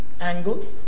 angle